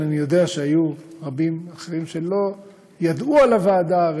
אבל אני יודע שהיו רבים אחרים שלא ידעו על הוועדה,